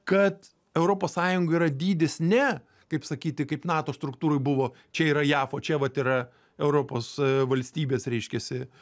kad europos sąjunga yra dydis ne kaip sakyti kaip nato struktūroj buvo čia yra jav o čia vat yra europos valstybės reiškiasi